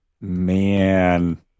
Man